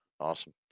Awesome